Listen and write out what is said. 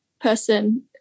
person